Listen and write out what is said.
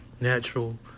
natural